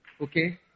Okay